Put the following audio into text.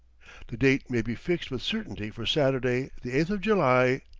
the date may be fixed with certainty for saturday, the eighth of july,